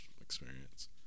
experience